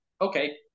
okay